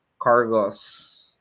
Cargos